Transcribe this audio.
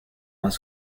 más